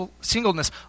singleness